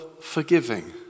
forgiving